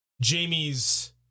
Jamie's